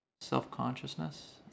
self-consciousness